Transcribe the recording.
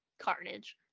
Carnage